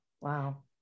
Wow